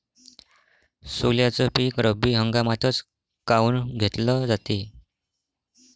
सोल्याचं पीक रब्बी हंगामातच काऊन घेतलं जाते?